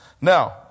Now